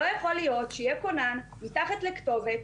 לא יכול להיות שיהיה כונן מתחת לכתובת,